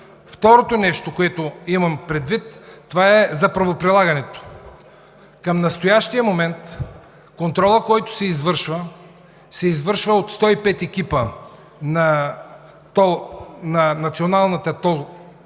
Второто нещо, което имам предвид, е за правоприлагането. Към настоящия момент контролът, който се извършва, се осъществява от 105 екипа на Националното тол